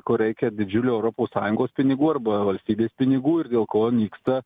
kur reikia didžiulių europos sąjungos pinigų arba valstybės pinigų ir dėl ko nyksta